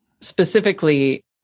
specifically